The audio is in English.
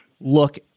look